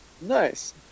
Nice